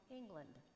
England